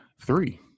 three